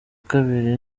kabiri